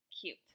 Cute